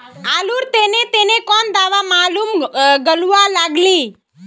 आलूर तने तने कौन दावा मारूम गालुवा लगली?